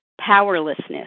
powerlessness